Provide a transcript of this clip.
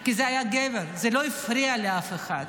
כי זה היה גבר, זה לא הפריע לאף אחד.